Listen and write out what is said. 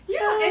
ya and